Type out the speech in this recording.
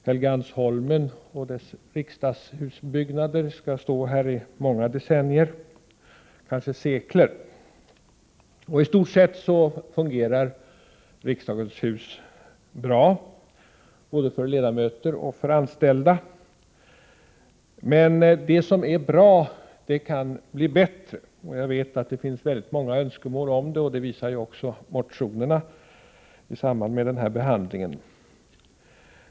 Helgeandsholmen och dess riksdagshusbyggnader skall stå här i många decennier, kanske sekler. I stort sett fungerar riksdagens hus bra både för ledamöter och för anställda, men det som är bra kan bli bättre. Jag vet att det finns många önskemål om det, och det visar också motionerna i detta ärende.